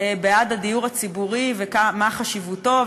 בעד הדיור הציבורי ומה חשיבותו,